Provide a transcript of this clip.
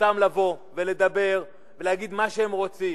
זכותם לבוא ולדבר ולהגיד מה שהם רוצים,